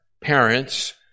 parents